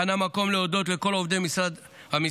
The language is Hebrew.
כאן המקום להודות לכל עובדי המשרד,